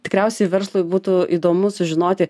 tikriausiai verslui būtų įdomu sužinoti